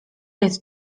jest